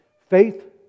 Faith